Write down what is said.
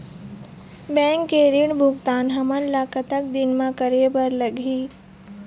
Bank के ऋण भुगतान हमन ला कतक दिन म करे बर लगही?